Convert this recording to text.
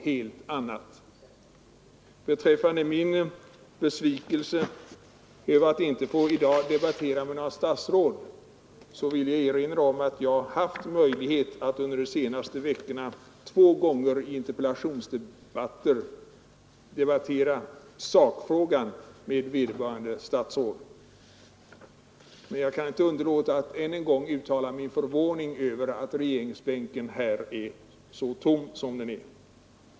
Herr Karlsson trodde att jag var besviken över att inte i dag få debattera med några statsråd. Jag vill då erinra om att jag under de senaste veckorna haft möjlighet att två gånger i interpellationsdebatter diskutera sakfrågan med vederbörande statsråd. Men jag kan inte underlåta att än en gång uttala min förvåning över att regeringsbänken står tom.